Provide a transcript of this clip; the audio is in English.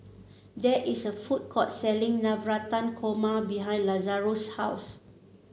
there is a food court selling Navratan Korma behind Lazaro's house